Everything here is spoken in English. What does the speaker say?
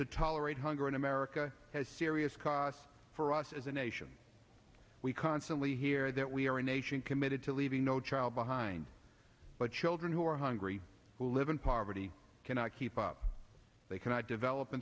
to tolerate hunger in america has serious costs for us as a nation we constantly hear that we are a nation committed to leaving no child behind but children who are hungry who live in poverty cannot keep up they cannot develop